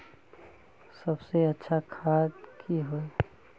सबसे अच्छा खाद की होय?